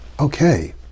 okay